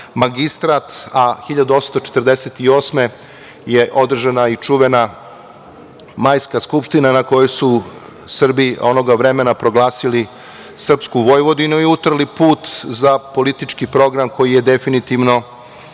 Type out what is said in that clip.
magistrat, a 1848. godine, je održana i čuvena majska skupština na kojoj su Srbi onog vremena, proglasili srpsku Vojvodinu i utrli put za politički program koji je, definitivno